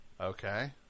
Okay